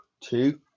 Two